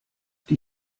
die